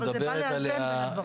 זה בא לאזן בין דברים.